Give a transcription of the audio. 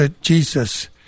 Jesus